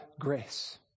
grace